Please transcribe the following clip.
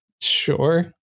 Sure